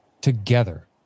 Together